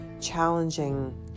challenging